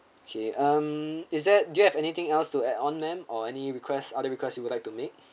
okay um is that do you have anything else to add on ma'am or any requests other request you would like to make